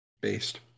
based